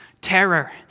terror